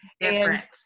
Different